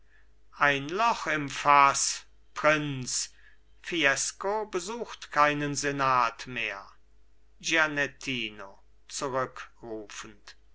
ein loch im faß prinz fiesco besucht keinen senat mehr gianettino zurückrufend